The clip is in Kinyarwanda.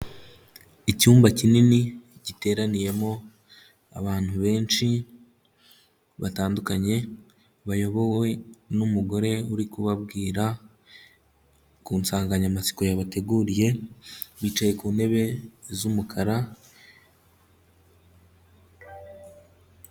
Icyumba kinini giteraniyemo abantu benshi batandukanye, bayobowe n'umugore uri kubabwira ku nsanganyamatsiko yabateguriye, bicaye ku ntebe z'umukara.